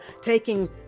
taking